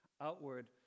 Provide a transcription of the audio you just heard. outward